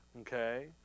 Okay